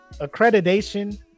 accreditation